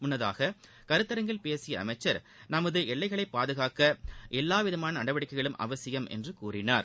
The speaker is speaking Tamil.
முன்னதாக கருத்தரங்கில் பேசிய அமைச்சர் நமது எல்லைகளை பாதுகாக்க எல்லாவிதமாள நடவடிக்கைகளும் அவசியம் என்றார்